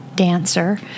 Dancer